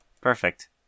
Perfect